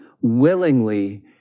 willingly